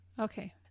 Okay